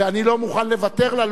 ואני לא מוכן לוותר לה,